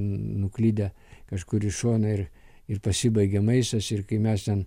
nuklydę kažkur į šoną ir ir pasibaigia maistas ir kai mes ten